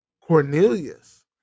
Cornelius